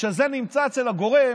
כשזה נמצא אצל הגורם